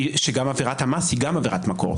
עבירת המס היא גם עבירת מקור.